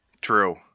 True